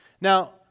Now